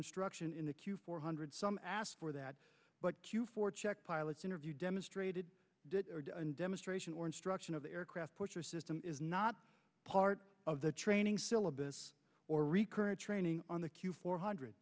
instruction in the q four hundred some ask for that q four check pilots interview demonstrated and demonstration or instruction of the aircraft put your system is not part of the training syllabus or recurrent training on the q four hundred